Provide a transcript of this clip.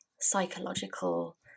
psychological